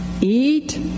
Eat